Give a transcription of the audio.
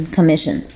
Commission